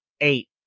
eight